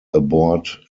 aboard